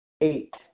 Eight